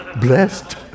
blessed